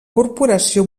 corporació